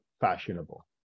fashionable